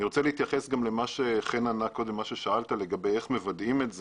אני רוצה להתייחס לתשובתו של חן לשאלתך לגבי איך מוודאים את זה.